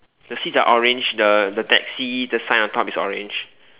the seats are orange the the taxi the sign on top is orange